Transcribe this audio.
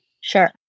Sure